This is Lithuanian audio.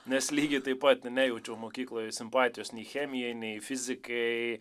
nes lygiai taip pat nejaučiau mokykloje simpatijos nei chemijai nei fizikai